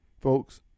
folks